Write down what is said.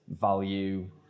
value